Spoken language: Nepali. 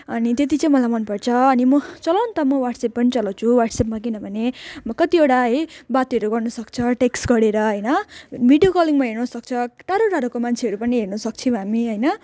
अनि त्यति चाहिँ मलाई मनपर्छ अनि चलाउनु त म वाट्सएप पनि चलाउँछु वाट्सएपमा किनभने म कतिवटा है बातहरू गर्नसक्छ टेक्स गरेर होइन भिडियो कलिङमा हेर्नुसक्छ टाढो टाढोको मान्छेहरू पनि हेर्नुसक्छौँ हामी होइन